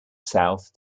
south